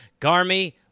Garmy